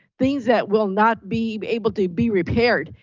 things that will not be able to be repaired.